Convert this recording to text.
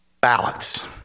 Balance